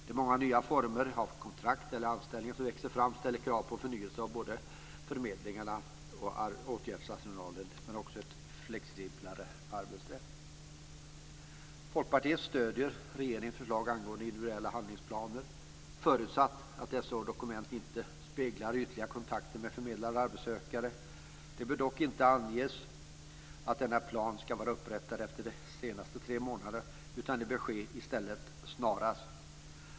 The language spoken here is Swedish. De många nya former av kontrakt och anställningar som växer fram ställer krav på förnyelse av både förmedlingarna och åtgärdsarsenalen men också på ett flexiblare arbetssätt. Folkpartiet stöder regeringens förslag angående individuella handlingsplaner, förutsatt att dessa dokument inte speglar ytliga kontakter mellan förmedlare och arbetssökande. Det bör dock inte anges att denna plan ska vara upprättade efter senast tre månaderna, utan det bör i stället ske snarast.